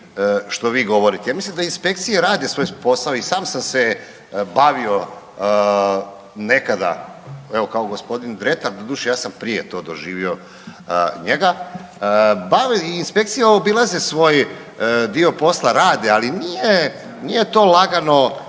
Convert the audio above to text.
što vi govorite. Ja mislim da inspekcije rade svoj posao. I sam sam se bavio nekada evo kao gospodin Dretar, doduše ja sam prije to doživio njega, bavio. Inspekcije obilaze svoj dio posla, rade ali nije to lagano